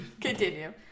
Continue